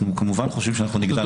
אנחנו כמובן חושבים שאנחנו נגדל מאוד,